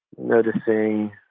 noticing